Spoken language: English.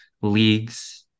leagues